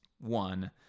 one